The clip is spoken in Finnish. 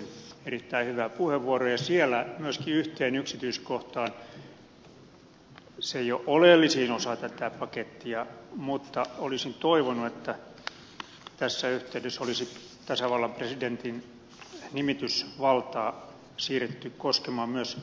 södermanin erittäin hyvään puheenvuoroon ja siellä yhteen yksityiskohtaan joka ei ole oleellisin osa tätä pakettia mutta olisin toivonut että tässä yhteydessä olisi tasavallan presidentin nimitysvaltaa siirretty koskemaan myös